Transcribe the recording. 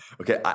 Okay